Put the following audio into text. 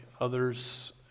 others